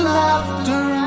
laughter